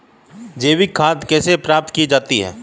जैविक खाद कैसे प्राप्त की जाती है?